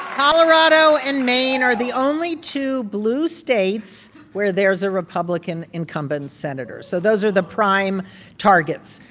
colorado and maine are the only two blue states where there is a republican incumbent senator, so those are the prime targets.